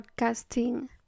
podcasting